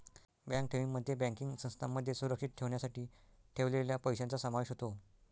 bank ठेवींमध्ये banking संस्थांमध्ये सुरक्षित ठेवण्यासाठी ठेवलेल्या पैशांचा समावेश होतो